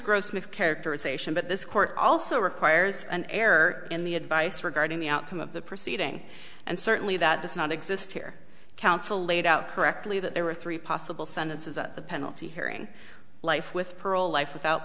grossmith characterization but this court also requires an error in the advice regarding the outcome of the proceeding and certainly that does not exist here counsel laid out correctly that there were three possible sentences a penalty hearing life with parole life without